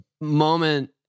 moment